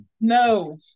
no